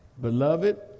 Beloved